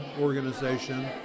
organization